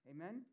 Amen